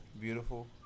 beautiful